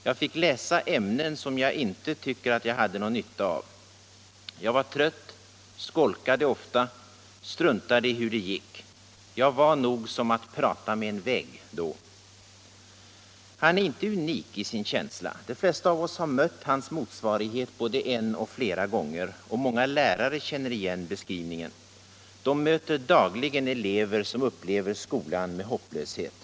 Jag fick läsa ämnen som jag inte tyckte att jag hade nån” nytta av. Jag var trött, skolkade ofta, struntade i hur det gick. Jag var Nr 134 nog som att prata med en vägg då.” Fredagen den Han är inte unik i sin känsla. De flesta av oss har mött hans mot 21] maj 1976 svarighet både en och flera gånger, och många lärare känner igen bes — skrivningen. De möter dagligen elever som upplever skolan med hopp = Skolans inre arbete löshet.